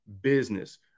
business